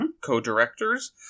co-directors